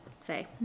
say